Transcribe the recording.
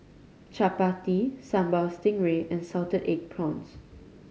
chappati Sambal Stingray and salted egg prawns